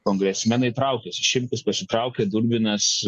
kongresmenai traukiasi šimtis pasitraukė dubinas